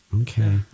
Okay